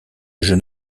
jeune